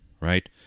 right